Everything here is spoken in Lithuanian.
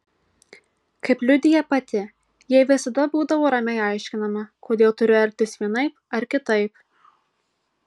kaip liudija pati jai visada būdavo ramiai aiškinama kodėl turiu elgtis vienaip ar kitaip